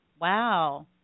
Wow